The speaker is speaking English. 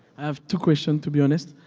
have two questions to be honest.